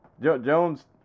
Jones